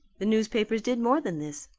the newspapers did more than this.